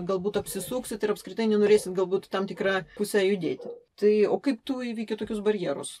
galbūt apsisuksit ir apskritai nenorėsit galbūt tam tikra puse judėti tai o kaip tu įveiki tokius barjerus